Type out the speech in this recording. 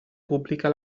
pubblica